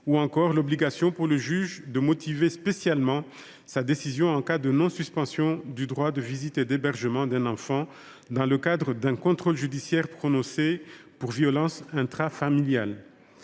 ou encore l’obligation, pour le juge, de motiver spécialement sa décision en cas de non suspension du droit de visite et d’hébergement d’un enfant dans le cadre d’un contrôle judiciaire prononcé pour violences intrafamiliales.